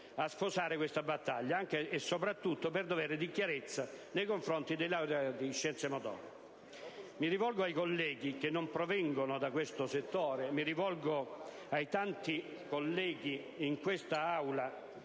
a sposare questa battaglia, anche e soprattutto per dovere di chiarezza nei confronti dei laureati in scienze motorie. Mi rivolgo ai colleghi che non provengono da questo settore, mi rivolgo ai tanti colleghi in quest'Aula